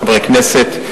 חברי הכנסת,